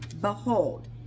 behold